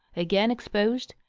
again exposed,